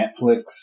Netflix